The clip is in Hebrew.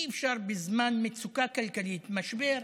אי-אפשר בזמן מצוקה כלכלית, משבר,